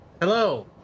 hello